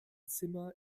zimmer